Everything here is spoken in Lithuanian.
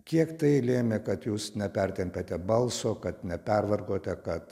kiek tai lėmė kad jūs nepertempėte balso kad nepervargote kad